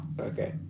Okay